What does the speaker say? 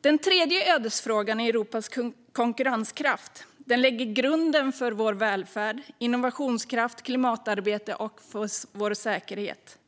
Den tredje ödesfrågan är Europas konkurrenskraft. Den lägger grunden för vår välfärd, vår innovationskraft, vårt klimatarbete och vår säkerhet.